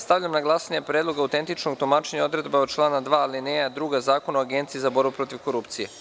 Stavljam na glasanje Predlog autentičnog tumačenja odredbe člana 2. alineja druga Zakona o Agenciji za borbu protiv korupcije.